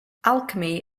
alchemy